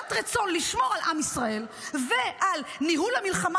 בעלת רצון לשמור על עם ישראל ועל ניהול המלחמה